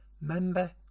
member